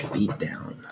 Beatdown